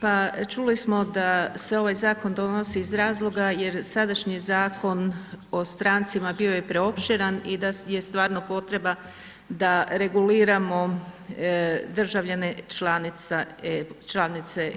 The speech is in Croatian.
Pa čuli smo da se ovaj zakon donosi iz razloga jer sadašnji Zakon o strancima bio je preopširan i da je stvarno potreba da reguliramo državljane članice EU.